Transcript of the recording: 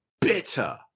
bitter